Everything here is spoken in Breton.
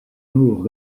nor